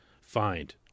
find